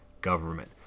government